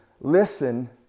listen